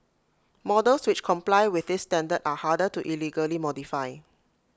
models which comply with this standard are harder to illegally modify